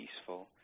peaceful